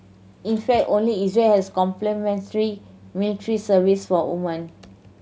in fact only Israel has military service for women